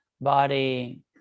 body